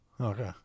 Okay